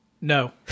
No